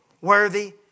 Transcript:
worthy